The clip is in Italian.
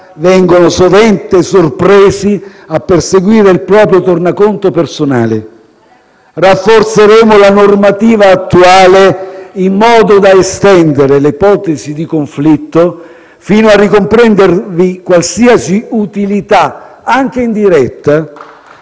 vengono sovente sorpresi a perseguire il proprio tornaconto personale. *(Commenti della senatrice Bernini).* Rafforzeremo la normativa attuale in modo da estendere le ipotesi di conflitto fino a ricomprendervi qualsiasi utilità, anche indiretta,